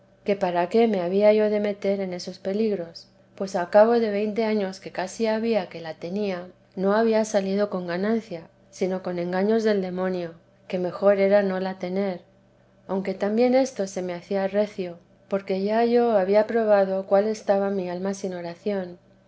que para qué me había yo de meter en esos peligros pues a cabo de veinte años que casi había que la tenía no había salido con ganancia sino con engaños del demonio que mejor era no la tener aunque también esto se me hacía recio porque ya yo había probado cuál estaba mi alma sin oración